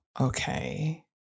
okay